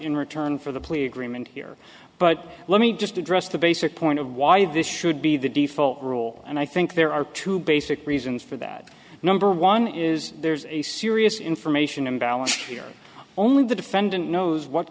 in return for the plea agreement here but let me just address the basic point of why this should be the default rule and i think there are two basic reasons for that number one is there's a serious information imbalance here only the defendant knows what